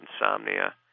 insomnia